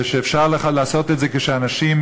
ושאפשר לעשות אותה בעיתוי מתאים יותר.